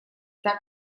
так